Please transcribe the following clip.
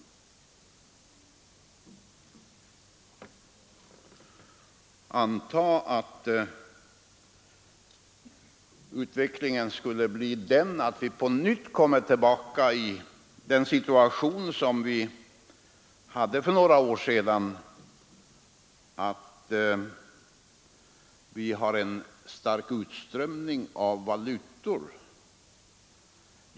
Antag att utvecklingen skulle bli den att vi på nytt kom tillbaka till den situation som rådde för några år sedan med en stark utströmning av valutor.